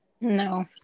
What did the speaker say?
No